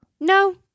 No